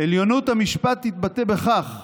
"עליונות המשפט תתבטא בכך,